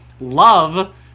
love